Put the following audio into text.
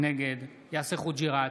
נגד יאסר חוג'יראת,